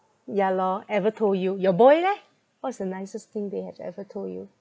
ya lor ever told you your boy leh what's the nicest thing they have ever told you